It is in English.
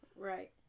Right